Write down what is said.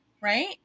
right